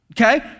okay